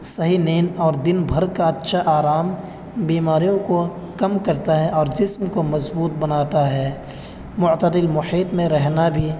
صحیح نیند اور دن بھر کا اچھا آرام بیماریوں کو کم کرتا ہے اور جسم کو مضبوط بناتا ہے معتدل محیط میں رہنا بھی